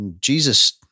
Jesus